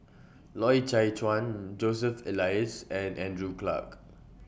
Loy Chye Chuan Joseph Elias and Andrew Clarke